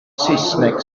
saesneg